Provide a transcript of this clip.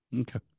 Okay